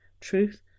truth